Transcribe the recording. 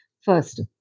first